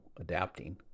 adapting